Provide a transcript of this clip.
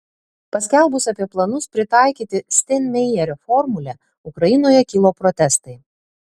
paskelbus apie planus pritaikyti steinmeierio formulę ukrainoje kilo protestai